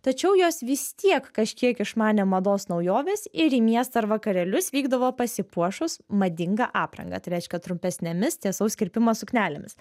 tačiau jos vis tiek kažkiek išmanė mados naujoves ir į miestą ar vakarėlius vykdavo pasipuošus madinga apranga tai reiškia trumpesnėmis tiesaus kirpimo suknelėmis